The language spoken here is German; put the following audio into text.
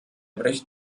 bericht